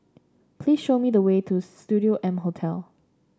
please show me the way to Studio M Hotel